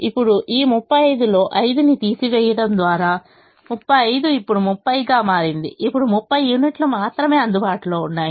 ఇప్పుడు ఈ 35 లో 5 ని తీసివేయడం ద్వారా 35 ఇప్పుడు 30 గా మారింది ఇప్పుడు 30 యూనిట్లు మాత్రమే అందుబాటులో ఉన్నాయి